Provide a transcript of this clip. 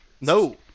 No